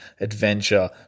adventure